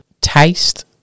Taste